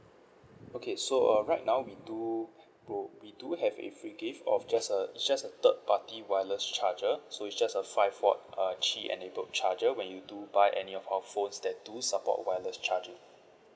okay so uh right now we do pro~ we do have a free gift of just a it's just a third party wireless charger so it's just a five port uh key enabled charger when you do buy any of our phones that do support wireless charger